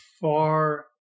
far